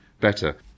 Better